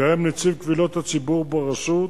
קיים נציב קבילות הציבור ברשות,